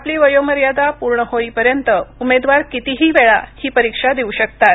आपली वयोमर्यादा पूर्ण होऊपर्यंत उमेदवार कितीही वेळा ही परीक्षा देऊ शकतात